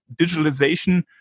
digitalization